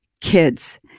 kids